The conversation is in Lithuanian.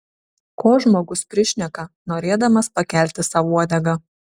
ko žmogus prišneka norėdamas pakelti sau uodegą